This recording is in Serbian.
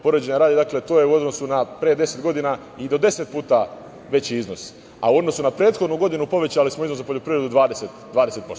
Poređenja radi, to je u odnosu na pre deset godina i do deset puta veći iznos, a u odnosu na prethodnu godinu povećali smo iznos za poljoprivredu 20%